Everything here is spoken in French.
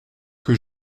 que